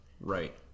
Right